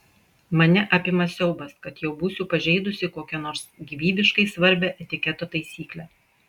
mane apima siaubas kad jau būsiu pažeidusi kokią nors gyvybiškai svarbią etiketo taisyklę